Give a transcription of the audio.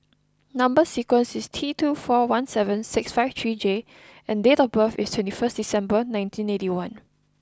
number sequence is T two four one seven six five three J and date of birth is twenty first December nineteen eighty one